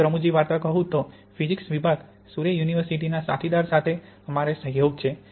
એક રમુજી વાર્તા કહું તો ફિજિક્સ વિભાગ સુરે યુનિવર્સિટિ ના સાથીદાર સાથે અમારે સહયોગ છે